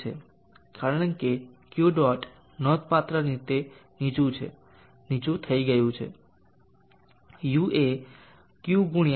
કારણ કે Q dot નોંધપાત્ર રીતે નીચું છે નીચું થઈ ગયું છે u એ Q ગુણ્યા A છે